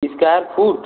square foot